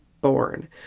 born